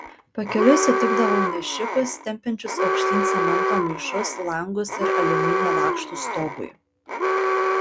pakeliui sutikdavau nešikus tempiančius aukštyn cemento maišus langus ir aliuminio lakštus stogui